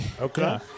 Okay